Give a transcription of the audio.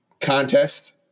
contest